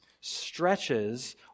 stretches